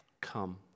Come